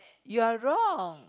you're wrong